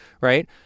Right